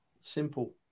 Simple